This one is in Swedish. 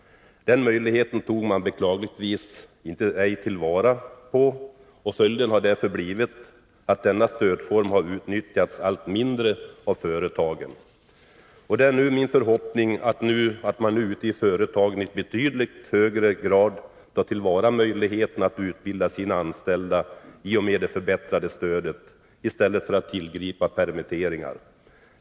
Den möjligheten tog man beklagligtvis inte till vara, och följden har därför blivit att denna stödform har utnyttjats allt mindre av företagen. Det är nu min förhoppning att man ute i företagen i betydligt högre grad tar till vara möjligheten att utbilda sina anställda i och med det förbättrade stödet, i stället för att tillgripa permitteringar.